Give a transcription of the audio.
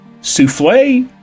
souffle